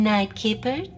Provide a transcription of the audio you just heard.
Nightkeeper